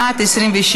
להעביר לוועדה את